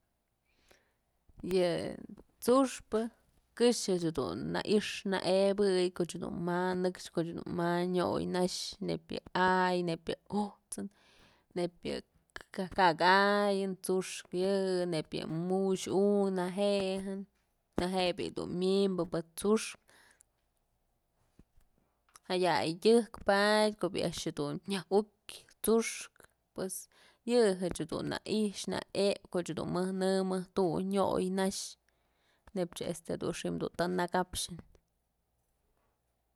Yë tsu'uxpë këxëch dun nayx na'ebëy koch dun ma nëkxë kch dun ma yoy nax neyb yë a'ay nëyb yë ujt'sën, neyb yë ka'ak ayën tsu'uxkë yë, neyb yë mu'ux unkë neje'en, neje'e bi'i dun myënbë tsu'uxkë jaya'a tyëk padyë ko'o bi'i a'ax jedun nya ukyë tsu'uxkë pues yë jedun na i'ixpë na epyë koch jedun mëjnë mëjtu'u nyoy nax neyb jëch dun xi'im tën nakapxën.